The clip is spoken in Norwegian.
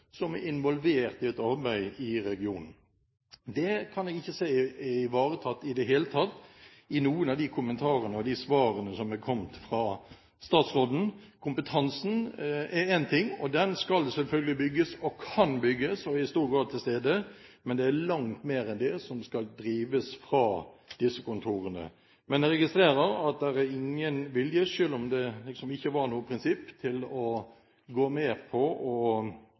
Statped er involvert i et arbeid i regionen. Det kan jeg ikke se er ivaretatt i det hele tatt i noen av de kommentarene og de svarene som er kommet fra statsråden. Kompetansen er én ting. Den skal selvfølgelig bygges, og kan bygges, og er i stor grad til stede, men det er langt mer enn det som skal drives fra disse kontorene. Men jeg registrerer at det er ingen vilje, selv om det liksom ikke var noe prinsipp, til å gå med på